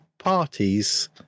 parties